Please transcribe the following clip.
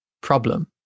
problem